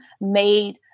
made